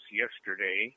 yesterday